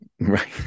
right